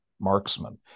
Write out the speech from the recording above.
marksman